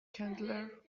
چندلر